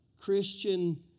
Christian